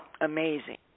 Amazing